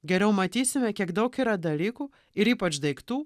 geriau matysime kiek daug yra dalykų ir ypač daiktų